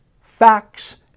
facts